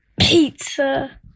Pizza